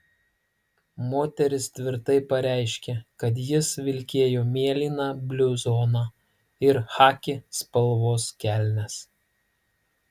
moteris tvirtai pareiškė kad jis vilkėjo mėlyną bluzoną ir chaki spalvos kelnes